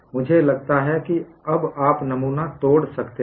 मुझे लगता है कि अब आप नमूना तोड़ सकते हैं